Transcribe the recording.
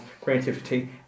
creativity